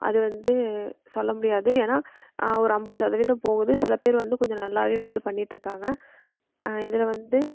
அது வந்து சொல்ல முடியாது ஏன்னா ஒரு ஐம்பது சதவீதம் போகுது சில பேர் வந்து கொஞ்சம் நல்லாவே வந்து பண்ணிட்டுருக்காங்க இதில் வந்து